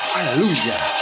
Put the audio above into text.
Hallelujah